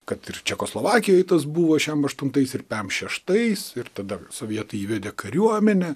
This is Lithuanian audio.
kad ir čekoslovakijoj tas buvo šešiasdešimt aštuntais ir pem šeštais ir tada sovietai įvedė kariuomenę